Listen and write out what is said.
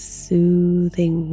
soothing